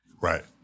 right